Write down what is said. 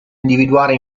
individuare